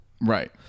Right